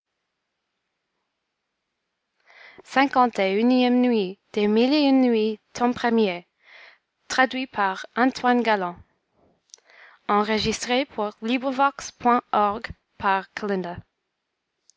nuit iv nuit